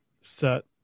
set